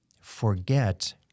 forget